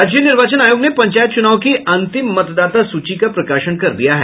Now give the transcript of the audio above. राज्य निर्वाचन आयोग ने पंचायत चुनाव की अंतिम मतदाता सूची का प्रकाशन कर दिया है